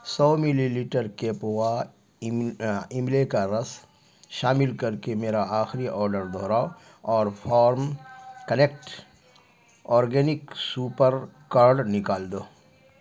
سو millilitre کیپوا املے کا رس شامل کر کے میرا آخری آرڈر دوہراؤ اور farm connect organic super card نکال دو